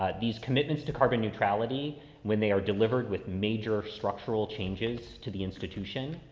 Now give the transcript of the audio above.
ah these commitments to carbon neutrality when they are delivered with major structural changes to the institution,